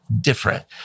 different